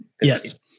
yes